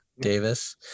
Davis